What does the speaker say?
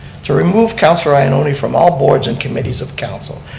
to remove councilor ioannoni from all boards and committees of council,